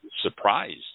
surprised